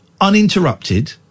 uninterrupted